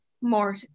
more